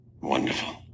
Wonderful